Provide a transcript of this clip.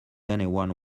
anyone